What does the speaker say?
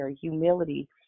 Humility